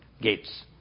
gates